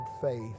faith